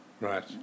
Right